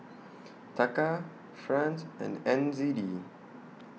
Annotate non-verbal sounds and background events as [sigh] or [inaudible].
[noise] Taka Franc and N Z D